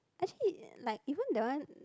actually like even that one